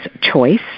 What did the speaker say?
choice